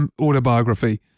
autobiography